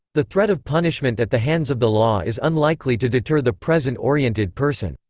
the threat of punishment at the hands of the law is unlikely to deter the present-oriented person.